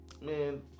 man